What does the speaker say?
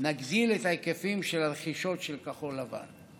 נגדיל את ההיקפים של הרכישות של כחול לבן.